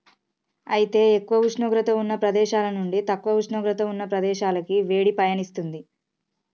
అయితే ఎక్కువ ఉష్ణోగ్రత ఉన్న ప్రదేశాల నుండి తక్కువ ఉష్ణోగ్రత ఉన్న ప్రదేశాలకి వేడి పయనిస్తుంది